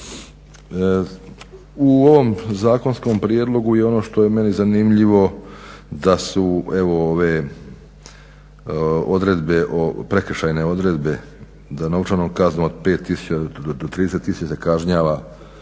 U ovom zakonskom prijedlogu i ono što je meni zanimljivo da su evo ove prekršajne odredbe za novčanu kaznu od 5000 do 30 000, kažnjava